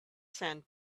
sand